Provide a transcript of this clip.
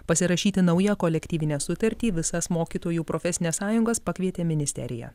pasirašyti naują kolektyvinę sutartį visas mokytojų profesines sąjungas pakvietė ministerija